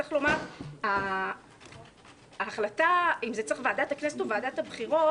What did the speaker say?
צריך לומר שההחלטה אם צריך לזה את ועדת הכנסת או את עדת הבחירות